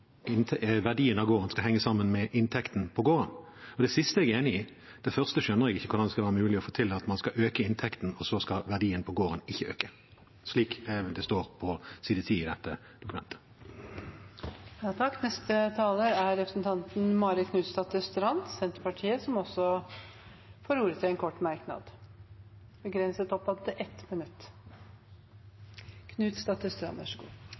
verdien av gården skal henge sammen med inntekten på gården. Det siste er jeg enig i. Det første skjønner jeg ikke hvordan skal være mulig å få til, at man skal øke inntekten, og så skal verdien på gården ikke øke, slik det står på side 10 i dette dokumentet. Representanten Marit Knutsdatter Strand har hatt ordet to ganger tidligere og får også ordet til en kort merknad, begrenset til 1 minutt.